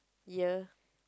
year